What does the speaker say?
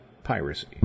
piracy